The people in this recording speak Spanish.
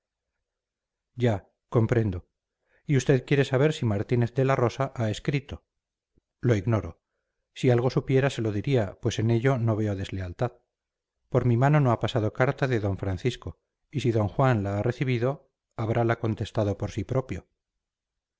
ya comprendo y usted quiere saber si martínez de la rosa ha escrito lo ignoro si algo supiera se lo diría pues en ello no veo deslealtad por mi mano no ha pasado carta de d francisco y si d juan la ha recibido habrala contestado por sí propio